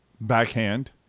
backhand